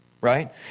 right